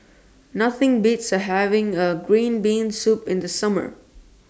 Nothing Beats having A Green Bean Soup in The Summer